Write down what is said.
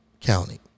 County